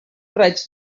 raig